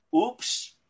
Oops